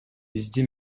бизди